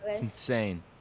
Insane